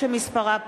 מירי רגב,